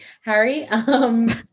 Harry